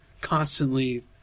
constantly